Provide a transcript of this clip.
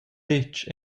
detg